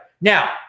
Now